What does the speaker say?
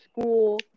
school